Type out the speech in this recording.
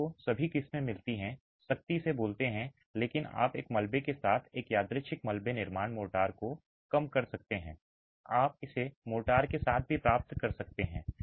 आपको सभी किस्में मिलती हैं सख्ती से बोलते हैं लेकिन आप एक मलबे के साथ एक यादृच्छिक मलबे निर्माण मोर्टार को कम कर सकते हैं आप इसे मोर्टार के साथ भी प्राप्त कर सकते हैं